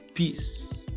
Peace